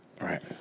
Right